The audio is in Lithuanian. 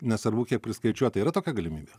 nesvarbu kiek priskaičiuota yra tokia galimybė